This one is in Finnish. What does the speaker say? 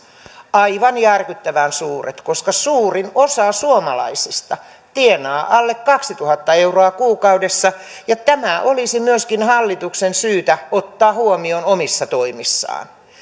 aivan järkyttävän suuret koska suurin osa suomalaisista tienaa alle kaksituhatta euroa kuukaudessa ja tämä olisi myöskin hallituksen syytä ottaa huomioon omissa toimissaan